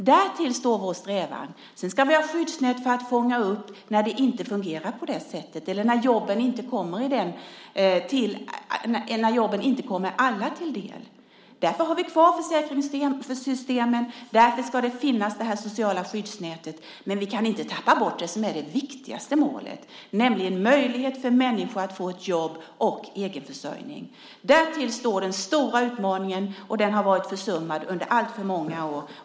Därtill står vår strävan. Sedan ska vi ha skyddsnät för att fånga upp när det inte fungerar på det sättet eller när jobben inte kommer alla till del. Därför har vi kvar försäkringssystemen. Därför ska det sociala skyddsnätet finnas. Men vi kan inte tappa bort det som är det viktigaste målet, nämligen möjlighet för människor att få jobb och egenförsörjning. Där finns den stora utmaningen, och den har varit försummad under alltför många år.